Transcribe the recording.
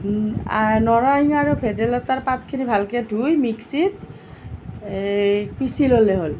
নৰসিংহ আৰু ভেদাইলতাৰ পাতখিনি ভালকৈ ধুই মিক্সিত পিচি ল'লে হ'ল